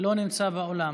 לא נמצא באולם.